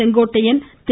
Sengottaiyan Thiru